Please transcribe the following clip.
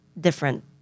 different